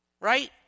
right